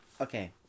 Okay